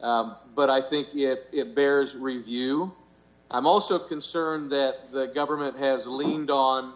but i think it bears review i'm also concerned that the government has leaned on